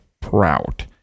proud